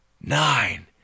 nine